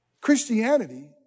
Christianity